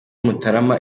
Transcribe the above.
mutarama